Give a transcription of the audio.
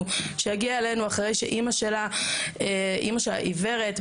שהגיעה אלינו לאחר שאמא שלה עיוורת,